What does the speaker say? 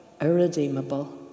irredeemable